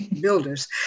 builders